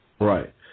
Right